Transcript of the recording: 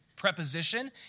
preposition